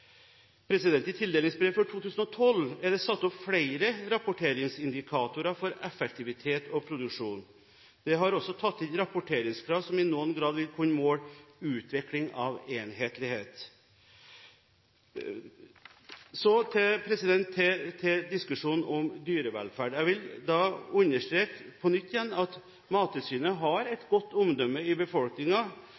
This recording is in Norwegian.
I tildelingsbrevet for 2012 er det satt opp flere rapporteringsindikatorer for effektivitet og produksjon. Det har også tatt inn rapporteringskrav som i noen grad vil kunne måle utviklingen av enhetlighet. Så til diskusjonen om dyrevelferd. Jeg vil på nytt understreke at Mattilsynet har et